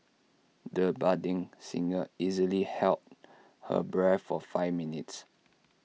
the budding singer easily held her breath for five minutes